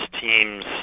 teams